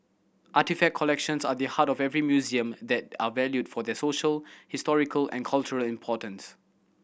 artefact collections are the heart of every museum that are valued for their social historical and cultural importance